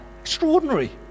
Extraordinary